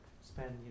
spend